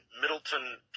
Middleton